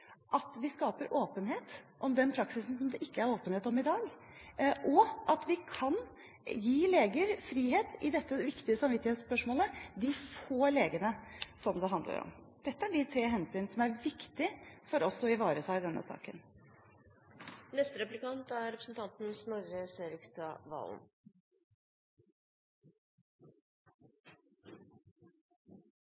skaper åpenhet om den praksisen som det ikke er åpenhet om i dag, og at vi kan gi leger frihet i dette viktige samvittighetsspørsmålet – de få legene som det handler om. Dette er de tre hensynene som det er viktig for oss å ivareta i denne